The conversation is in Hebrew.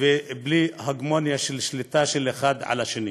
ובלי הגמוניה של שליטה של אחד על השני.